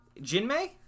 Jinmei